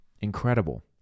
Incredible